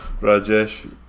Rajesh